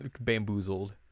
bamboozled